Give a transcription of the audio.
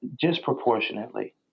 disproportionately